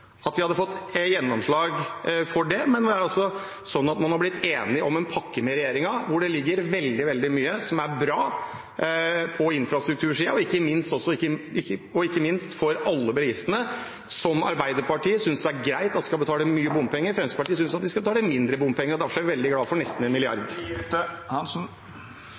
at vi hadde fått gjennomslag for det, men så er det sånn at man har blitt enig med regjeringen om en pakke, hvor det ligger veldig mye bra på infrastruktursiden, og ikke minst for alle bilistene. Arbeiderpartiet synes det er greit at de skal betale mye bompenger. Fremskrittspartiet synes de skal betale mindre bompenger . Derfor er jeg veldig glad for nesten én milliard.